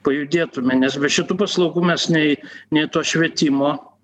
pajudėtume nes be šitų paslaugų mes nei nei to švietimo